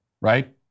Right